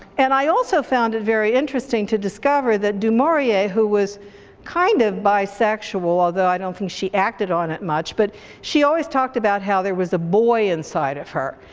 and i also found it very interesting to discover that du maurier, who was kind of bisexual, although i don't think she acted on it much, but she always talked about how there was a boy inside of her.